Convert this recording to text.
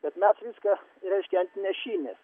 bet mes viską reiškia ant nešinės